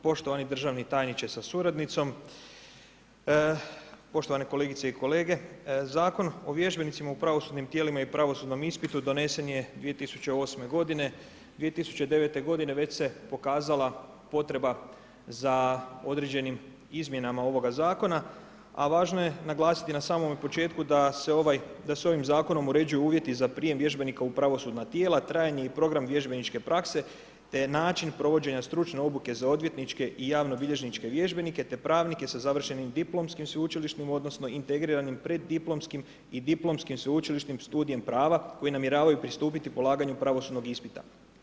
Poštivani državni tajniče sa suradnicom, poštovane kolegice i kolege, Zakon o vježbenicima o pravosudnim tijelima i pravosudnom ispitu, donesen je 2008. g., 2009. već se pokazala potreba za određenim izmjenama ovoga zakona, a važno je naglasiti na samome početku, da se ovim zakonom uređuju uvjeti, za prijem vježbenika u pravosudnim tijela, trajanje i program vježbeničke prakse, te način provođenja stručne obuke za odvjetničke i javno bilježničke vježbenike, te pravnike sa završenim diplomskim sveučilišnim, odnosno, integriranim preddiplomskim i diplomskim sveučilišnim studijem prava, koji namjeravaju pristupiti polaganju pravosudnog ispita.